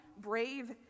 brave